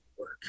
work